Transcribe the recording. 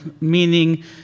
meaning